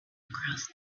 across